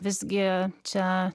visgi čia